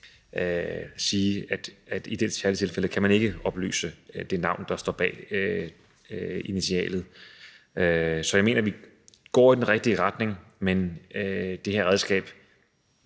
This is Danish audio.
sige, at i det særlige tilfælde kan man ikke oplyse det navn, der står bag initialerne. Så jeg mener, vi går i den rigtige retning, men det her redskab